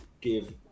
give